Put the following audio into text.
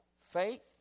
Faith